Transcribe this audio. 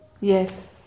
Yes